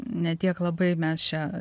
ne tiek labai mes čia